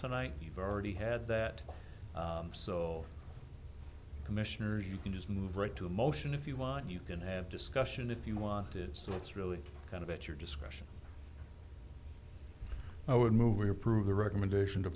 tonight you've already had that so commissioners you can just move right to motion if you want you can have discussion if you wanted so it's really kind of at your discretion i would move we approve the recommendation to